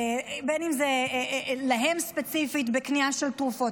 בין אם זה להם ספציפית בקנייה של תרופות,